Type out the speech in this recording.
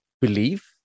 believe